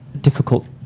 difficult